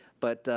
but,